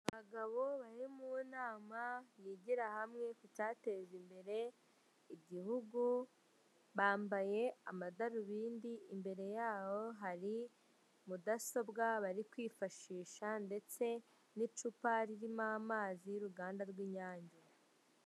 Abagabo bari mu nama yigira hamwe ku cyateza imbere igihugu bambaye amadarobindi imbere yabo hari mudasobwa bari kwifashisha ndetse n'icupa ririmo amazi y'uruganda rw'inyange.